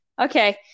Okay